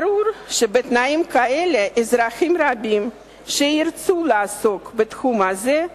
ברור שבתנאים כאלה אזרחים רבים שירצו לעסוק בתחום הזה,